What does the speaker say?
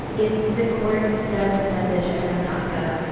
if the court does decide to shut down daca,